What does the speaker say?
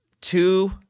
Two